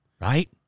right